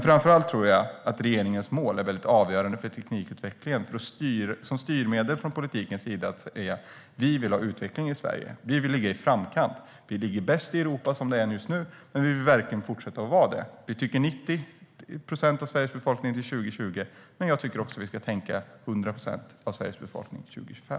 Framför allt tror jag att regeringens mål är avgörande för teknikutvecklingen, att som styrmedel från politikens sida säga: Vi vill ha utveckling i Sverige. Vi vill ligga i framkant. Vi ligger bäst i Europa som det är just nu, men vi vill verkligen fortsätta att vara där. Vi tycker att det ska gälla 90 procent av Sveriges befolkning till 2020, men jag tycker också att vi ska tänka 100 procent av Sveriges befolkning till 2025.